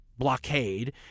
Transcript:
Blockade